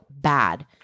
bad